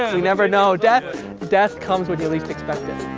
and never know. death death comes when you least expect it.